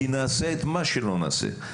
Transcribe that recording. כי נעשה את מה שלא נעשה,